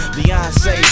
Beyonce